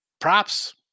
Props